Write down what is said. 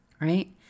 Right